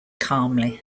calmly